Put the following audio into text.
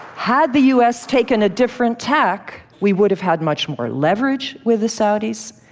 had the u. s. taken a different tack, we would have had much more leverage with the saudis,